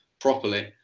properly